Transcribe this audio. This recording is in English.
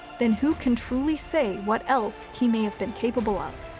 then who can truly say what else he may have been capable of?